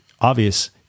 obvious